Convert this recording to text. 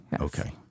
Okay